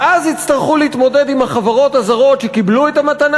ואז יצטרכו להתמודד עם החברות הזרות שקיבלו את המתנה